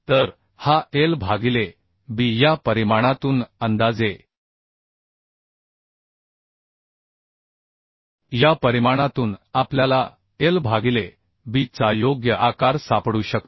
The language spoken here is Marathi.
तर हा l भागिले b या परिमाणातून अंदाजे या परिमाणातून आपल्याला l भागिले b चा योग्य आकार सापडू शकतो